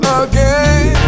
again